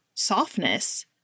softness